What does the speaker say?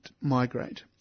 migrate